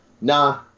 Nah